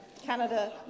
Canada